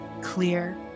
clear